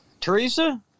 Teresa